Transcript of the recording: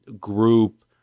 group